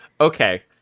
Okay